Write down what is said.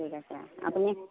ঠিক আছে আপুনি